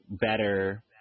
better